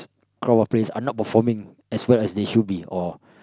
of players are not performing as well as they should be or